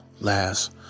last